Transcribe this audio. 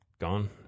gone